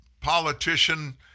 politician